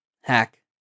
hack